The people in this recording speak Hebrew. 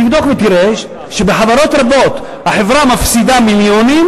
תבדוק ותראה שבחברות רבות החברה מפסידה מיליונים